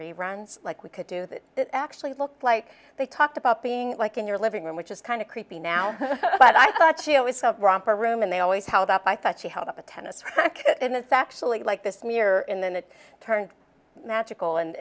reruns like we could do that it actually looked like they talked about being like in your living room which is kind of creepy now but i thought she always felt romper room and they always held up i thought she held up a tennis racket and it's actually like this mirror in that turned magical and